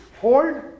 hold